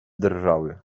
drżały